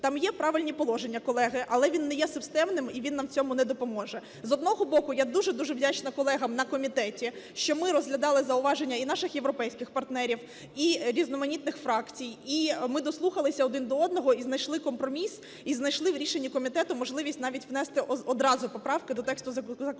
Там є правильні положення, колеги, але він є системним і він нам в цьому не допоможе. З одного боку, я дуже-дуже вдячна колегам на комітеті, що ми розглядали зауваження і наших європейських партнерів, і різноманітних фракцій, і ми дослухалися один до одного, і знайшли компроміс, і знайшли в рішенні комітету можливість навіть внести одразу поправки до тексту законопроекту.